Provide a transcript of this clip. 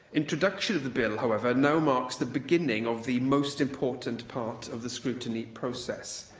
introduction of the bill, however, now marks the beginning of the most important part of the scrutiny process,